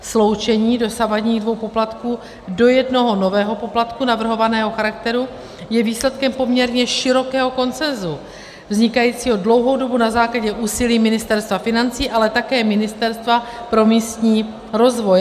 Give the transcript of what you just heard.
Sloučení dosavadních dvou poplatků do jednoho nového poplatku navrhovaného charakteru je výsledkem poměrně širokého konsenzu vznikajícího dlouhou dobu na základě úsilí Ministerstva financí, ale také Ministerstva pro místní rozvoj.